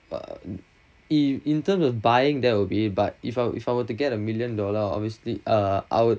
uh in in terms of buying that would be but if I if I were to get a million dollars obviously err I would